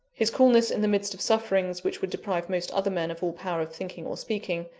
his coolness in the midst of sufferings which would deprive most other men of all power of thinking or speaking,